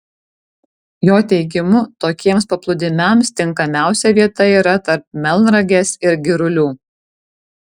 jo teigimu tokiems paplūdimiams tinkamiausia vieta yra tarp melnragės ir girulių